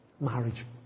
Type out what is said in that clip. marriage